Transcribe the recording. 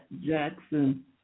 Jackson